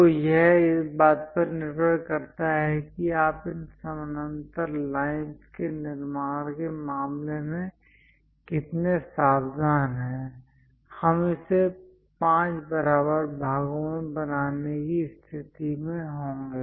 तो यह इस बात पर निर्भर करता है कि आप इन समानांतर लाइंस के निर्माण के मामले में कितने सावधान हैं हम इसे 5 बराबर भागों में बनाने की स्थिति में होंगे